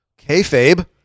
kayfabe